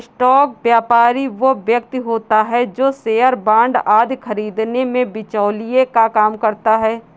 stock व्यापारी वो व्यक्ति होता है जो शेयर बांड आदि खरीदने में बिचौलिए का काम करता है